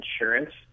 insurance